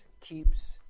keeps